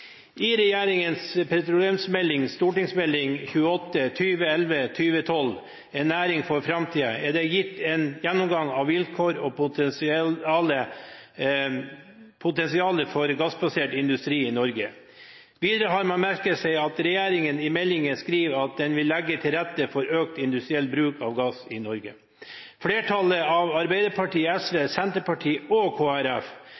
I regjeringens petroleumsmelding, En næring for framtida, Meld.St. 28 for 2011–2012, er det gitt en gjennomgang av vilkår og potensial for gassbasert industri i Norge. Videre har man merket seg at regjeringen skriver i meldingen at den vil legge til rette for økt industriell bruk av gass i Norge. Flertallet, Arbeiderpartiet,